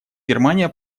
германия